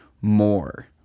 more